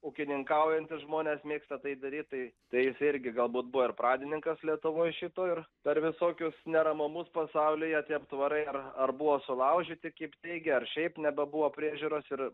ūkininkaujantys žmonės mėgsta tai daryt tai tai jis irgi galbūt buvo ir pradininkas lietuvoj šito ir per visokius neramumus pasaulyje tie aptvarai ar buvo sulaužyti kaip teigia ar šiaip nebuvo priežiūros ir